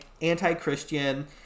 anti-Christian